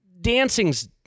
Dancing's